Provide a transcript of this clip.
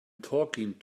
talking